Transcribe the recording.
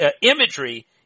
imagery